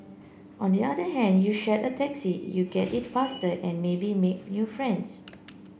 on the other hand you share a taxi you get it faster and maybe make new friends